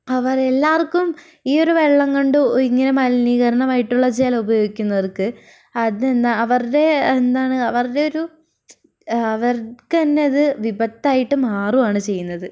അവരെല്ലാവർക്കും ഈയൊരു വെള്ളം കൊണ്ട് ഇങ്ങനെ മലിനീകരണം ആയിട്ടുള്ള ജലം ഉപയോഗിക്കുന്നവർക്ക് അതെന്താ അവരുടെ എന്താണ് അവരുടെയൊരു അവർക്കന്നെ അത് വിപത്തായിട്ട് മാറുവാണ് ചെയ്യുന്നത്